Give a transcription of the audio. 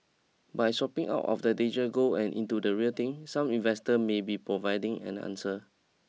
by swapping out of digital gold and into the real thing some investor may be providing an answer